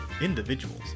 Individuals